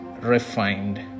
refined